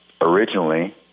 originally